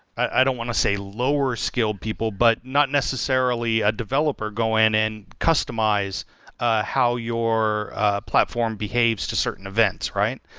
i don't want to say lower-skilled people, but not necessarily a developer going and customize ah how your platform behaves to certain events, right?